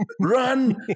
run